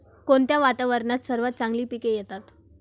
कोणत्या वातावरणात सर्वात चांगली पिके येतात?